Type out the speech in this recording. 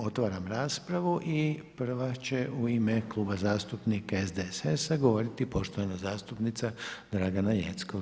Otvaram raspravu i prva će u ime Kluba zastupnika SDSS-a govoriti poštovana zastupnica Draga Jeckov.